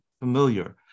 familiar